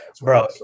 bro